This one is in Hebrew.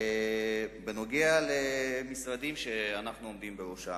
בנוגע למשרדים שאנחנו עומדים בראשם,